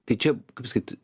tai čia kaip sakyt